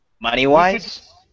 Money-wise